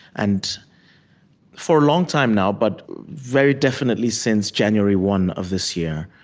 and for a long time now, but very definitely since january one of this year,